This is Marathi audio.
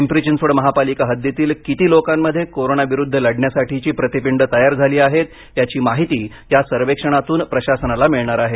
पिंपरी चिंचवड महापालिका हद्दीतील किती लोकांमध्ये कोरोनाविरुद्ध लढण्यासाठीची प्रतिपिंड तयार झाली आहेत याची माहिती या सर्वेक्षणातून प्रशासनाला मिळणार आहे